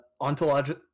Ontology